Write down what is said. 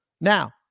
Now